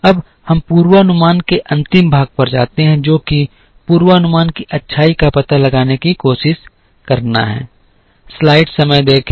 अब हम पूर्वानुमान के अंतिम भाग पर आते हैं जो कि पूर्वानुमान की अच्छाई का पता लगाने की कोशिश करना है